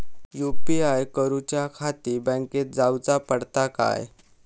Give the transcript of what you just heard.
UPI करूच्याखाती बँकेत जाऊचा पडता काय?